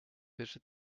visit